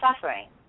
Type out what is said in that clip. suffering